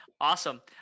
Awesome